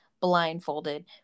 blindfolded